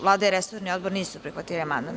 Vlada i resorni odbor nisu prihvatili amandman.